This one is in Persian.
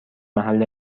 محل